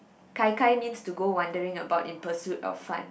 gai-gai means to go wandering about in pursue of fun